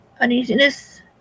uneasiness